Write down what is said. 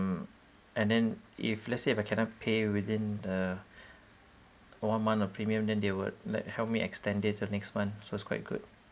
mm and then if let's say if I cannot pay within a one month of premium then they would like help me extend it till next month so it's quite good